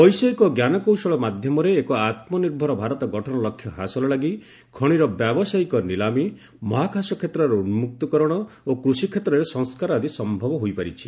ବୈଷୟିକ ଞ୍ଜାନକୌଶଳ ମାଧ୍ୟମରେ ଏକ ଆତ୍ମନିର୍ଭର ଭାରତ ଗଠନ ଲକ୍ଷ୍ୟ ହାସଲ ଲାଗି ଖଣିର ବ୍ୟବସାୟୀକ ନିଲାମି ମହାକାଶ କ୍ଷେତ୍ରର ଉନ୍କକ୍ତକରଣ ଓ କୃଷିକ୍ଷେତ୍ରରେ ସଂସ୍କାର ଆଦି ସମ୍ଭବ ହୋଇପାରିଛି